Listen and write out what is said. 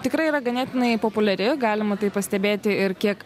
tikrai yra ganėtinai populiari galima tai pastebėti ir kiek